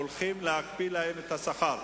והולכים להקפיא להם את השכר.